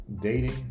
dating